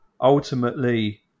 ultimately